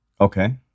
Okay